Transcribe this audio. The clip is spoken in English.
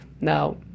Now